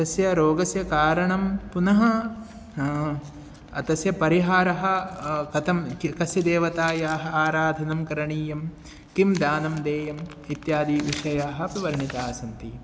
तस्य रोगस्य कारणं पुनः तस्य परिहारः कथं किं कस्य देवतायाः आराधना करणीया किं दानं देयम् इत्यादि विषयाः अपि वर्णिताः सन्ति